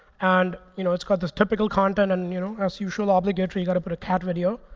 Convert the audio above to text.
and you know it's got the typical content. and and you know as usual, obligatory, you got to put a cat video.